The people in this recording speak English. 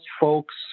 folks